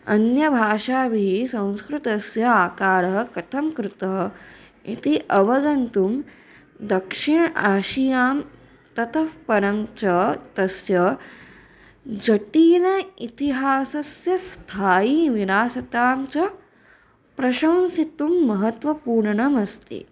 अन्यभाषाभिः संस्कृतस्य आकारः कथं कृतः इति अवगन्तुं दक्षिणः आशियां ततः परं च तस्य जटिल इतिहासस्य स्थायीविन्यासतां च प्रशंसितुं महत्त्वपूर्णमस्ति